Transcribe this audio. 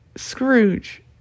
scrooge